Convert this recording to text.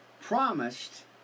promised